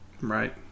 Right